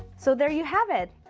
so there you have it.